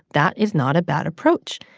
that is not a bad approach.